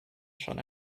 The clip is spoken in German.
schon